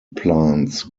plants